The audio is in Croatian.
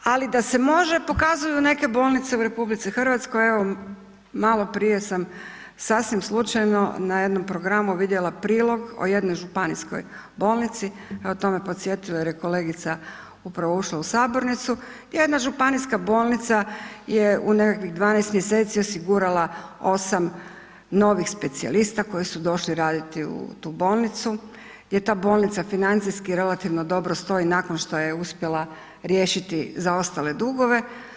Ali da se može pokazuju neke bolnice u Republici Hrvatskoj, evo malo prije sam sasvim slučajno na jednom programu vidjela prilog o jednoj županijskoj bolnici, evo to me podsjetilo jer je kolegica upravo ušla u sabornicu, jedna županijska bolnica je u nekakvih 12 mjeseci osigurala 8 novih specijalista koji su došli raditi u tu bolnicu jer ta bolnica financijski relativno dobro stoji nakon što je uspjela riješiti zaostale dugove.